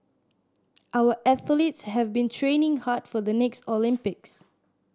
our athletes have been training hard for the next Olympics